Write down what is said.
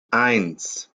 eins